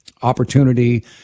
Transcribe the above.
opportunity